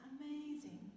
amazing